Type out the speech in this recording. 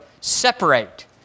separate